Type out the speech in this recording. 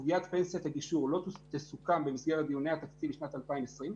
שסוגיית פנסיית הגישור לא תסוכם במסגרת דיוני התקציב בשנת 2020,